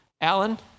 Alan